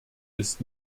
ist